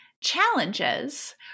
challenges